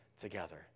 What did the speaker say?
together